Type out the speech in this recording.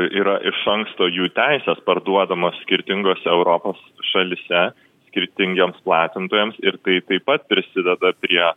yra iš anksto jų teisės parduodamos skirtingose europos šalyse skirtingiems platintojams ir tai taip pat prisideda prie